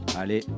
Allez